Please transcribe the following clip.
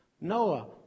Noah